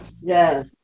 Yes